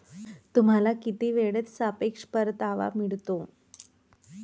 तुम्हाला किती वेळेत सापेक्ष परतावा मिळतो?